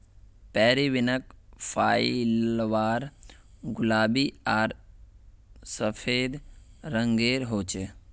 periwinkle flower गुलाबी आर सफ़ेद रंगेर होचे